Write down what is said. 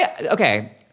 Okay